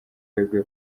beguye